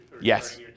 Yes